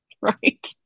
Right